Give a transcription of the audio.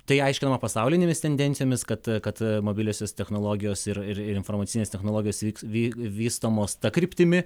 tai aiškino pasaulinėmis tendencijomis kad kad mobiliosios technologijos ir ir informacinės technologijos vys vystomos ta kryptimi